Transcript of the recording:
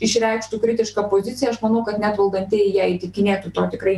išreikštų kritišką poziciją aš manau kad net valdantieji ją įtikinėtų to tikrai